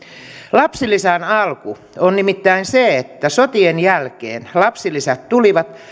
lapsilisän alku on nimittäin se että sotien jälkeen lapsilisät tulivat